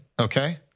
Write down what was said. okay